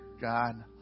God